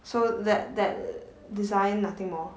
so that that design nothing more